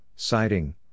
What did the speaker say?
siding